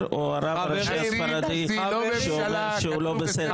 או הרב הראשי הספרדי שאומר שהוא לא בסדר